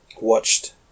watched